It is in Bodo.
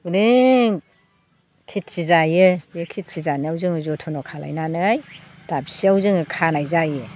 अनेक खेथि जायो बे खेथि जानायाव जोङो जथ्न' खालायनानै दाबसियाव जोङो खानाय जायो